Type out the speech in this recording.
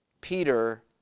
Peter